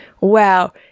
wow